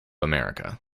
america